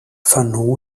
fanno